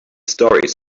stories